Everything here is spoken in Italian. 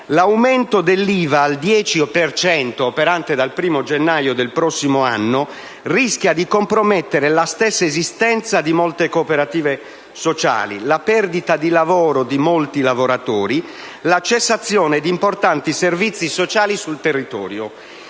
L'aumento dell'IVA al 10 per cento, operante dal 1° gennaio del prossimo anno, rischia di compromettere la stessa esistenza di molte cooperative sociali, con la perdita di lavoro di molti lavoratori e la cessazione di importanti servizi sociali sul territorio.